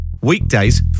weekdays